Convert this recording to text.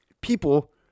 people